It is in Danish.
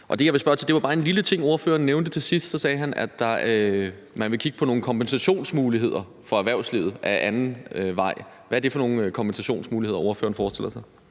er bare en lille ting, ordføreren nævnte til sidst. Der sagde han, at man ville kigge på nogle kompensationsmuligheder for erhvervslivet ad anden vej. Hvad er det for nogle kompensationsmuligheder, ordføreren forestiller sig?